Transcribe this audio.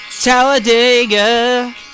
Talladega